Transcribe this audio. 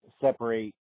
separate